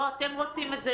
לא אתם רוצים את זה,